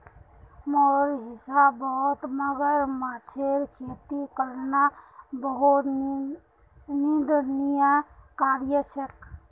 मोर हिसाबौत मगरमच्छेर खेती करना बहुत निंदनीय कार्य छेक